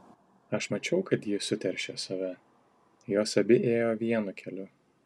aš mačiau kad ji suteršė save jos abi ėjo vienu keliu